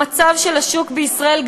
המצב של השוק בישראל,